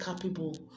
capable